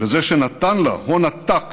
בזה שנתן לה הון עתק